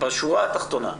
בשורה התחתונה: